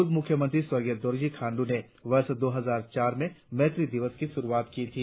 पूर्व मुख्यमंत्री स्वर्गीय दोरजी खांडू ने वर्ष दो हजार चार में मेत्री दिवस की शुरुआत की थी